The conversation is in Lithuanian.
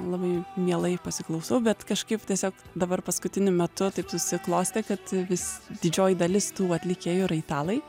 labai mielai pasiklausau bet kažkaip tiesiog dabar paskutiniu metu taip susiklostė kad vis didžioji dalis tų atlikėjų yra italai